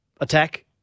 attack